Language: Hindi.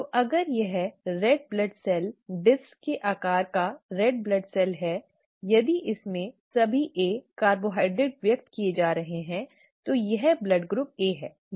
तो अगर यह लाल रक्त कोशिका डिस्क के आकार का लाल रक्त कोशिका है यदि इसमें सभी A कार्बोहाइड्रेट व्यक्त किए जा रहे हैं तो यह रक्त समूह A है